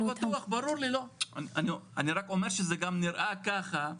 אני רק אומר שזה גם נראה ככה,